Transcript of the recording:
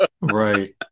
Right